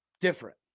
Different